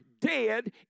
dead